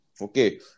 Okay